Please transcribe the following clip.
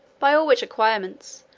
by all which acquirements,